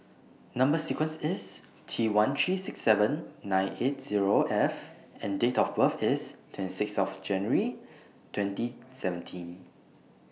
Number sequence IS T one three six seven nine eight Zero F and Date of birth IS twenty six January twenty seventeen